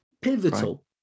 Pivotal